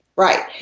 right.